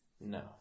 no